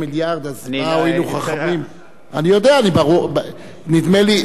אני, טוב, תודה, תודה.